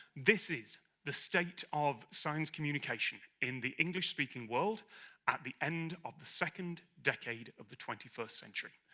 this is the state of science communication in the english-speaking world at the end of the second decade of the twenty first century.